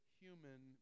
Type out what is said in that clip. human